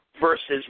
versus